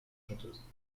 chanteuses